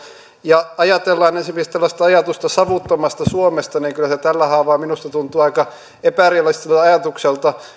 ja kun ajatellaan esimerkiksi tällaista ajatusta savuttomasta suomesta niin kyllä se tällä haavaa minusta tuntuu aika epärealistiselta ajatukselta